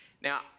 Now